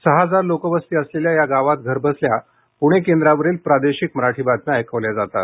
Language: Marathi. सहा हजार लोकवस्ती असलेल्या या गावात घरबसल्या प्णे केंद्रावरील प्रादेशिक बातम्या ऐकवल्या जातात